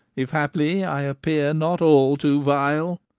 if haply i appear not all too vile,